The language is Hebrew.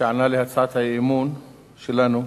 שענה על הצעת האי-אמון שלנו,